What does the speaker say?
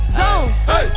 zone